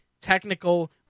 technical